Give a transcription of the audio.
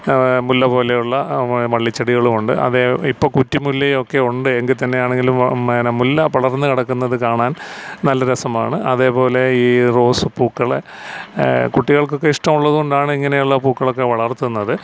മുല്ല പോലെയുള്ള വ വള്ളിച്ചെടികളുമുണ്ട് അവേ ഇപ്പം കുറ്റിമുല്ലയൊക്കെ ഉണ്ട് എങ്കിൽത്തന്നെയാണെങ്കിലും വ മേന മുല്ല പടർന്നു കിടക്കുന്നതു കാണാൻ നല്ല രസമാണ് അതേപോലെ ഈ റോസ് പൂക്കളെ കുട്ടികൾക്കൊക്കെ ഇഷ്ടമുള്ളതു കൊണ്ടാണ് ഇങ്ങനെയുള്ള പൂക്കളൊക്കെ വളർത്തുന്നത്